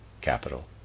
capital